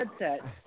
headset